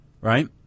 right